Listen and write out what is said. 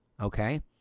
Okay